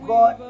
God